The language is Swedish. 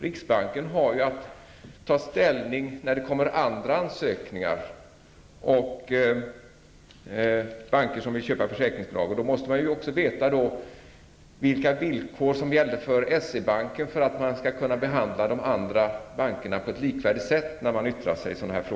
Riksbanken har ju att ta ställning när det kommer andra ansökningar från banker som vill köpa försäkringsbolag, och man måste ju då veta vilka villkor som gällde för S-E-Banken för att man skall kunna behandla de andra bankerna på ett likvärdigt sätt.